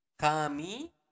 Kami